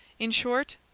in short,